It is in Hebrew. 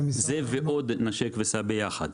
זה ו"נשק וסע" ביחד.